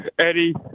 Eddie